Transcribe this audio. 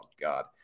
God